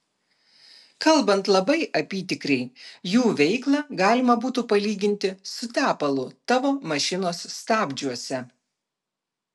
kalbant labai apytikriai jų veiklą galima būtų palyginti su tepalu tavo mašinos stabdžiuose